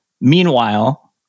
Meanwhile